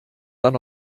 dann